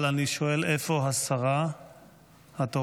אני שואל איפה השרה התורנית.